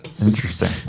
Interesting